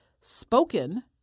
spoken